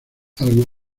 algo